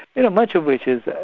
and much of which is,